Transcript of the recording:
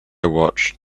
watched